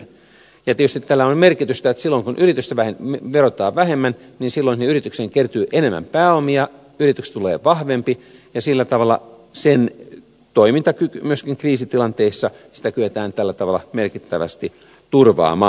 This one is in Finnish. tietysti tällä on merkitystä että silloin kun yritystä verotetaan vähemmän sinne yritykseen kertyy enemmän pääomia yrityksestä tulee vahvempi ja sillä tavalla sen toimintakykyä myöskin kriisitilanteissa kyetään tällä tavalla merkittävästi turvaamaan